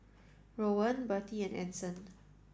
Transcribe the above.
Rowan Birtie and Anson